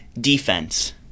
defense